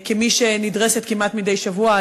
כמי שנדרסת כמעט מדי שבוע,